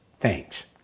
thanks